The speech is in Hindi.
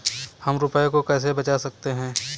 हम रुपये को कैसे बचा सकते हैं?